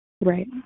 Right